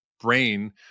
brain